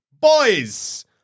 Boys